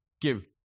give